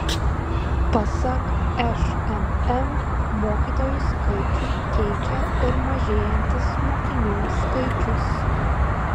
pasak šmm mokytojų skaičių keičia ir mažėjantis mokinių skaičius